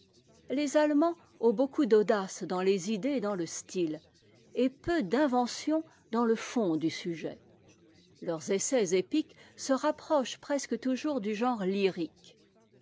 les allemands ont beaucoup d'audace dans les idées et dans le style et peu d'invention dans le fond du sujet leurs essais épiques se rapprochent presque toujours du genre lyrique